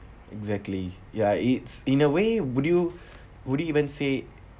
exactly ya it's in a way would you would you even say